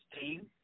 team